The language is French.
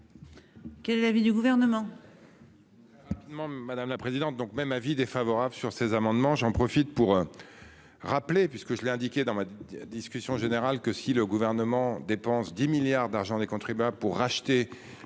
Quel est l'avis du gouvernement.